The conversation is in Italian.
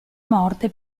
morte